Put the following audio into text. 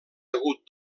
hagut